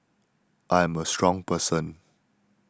I am a strong person